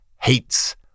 hates